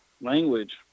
language